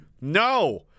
No